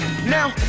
Now